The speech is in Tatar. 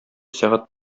сәгать